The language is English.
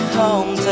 home